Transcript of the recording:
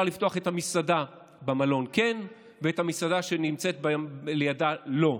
לפתוח את המסעדה במלון כן ואת המסעדה שנמצאת לידה לא,